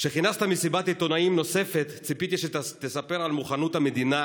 כשכינסת מסיבת עיתונאים נוספת ציפיתי שתספר על מוכנות המדינה